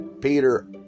peter